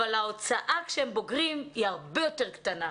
אבל ההוצאה כשהם בוגרים היא הרבה יותר קטנה.